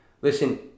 Listen